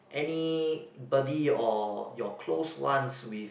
any buddy or your close ones with